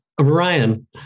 ryan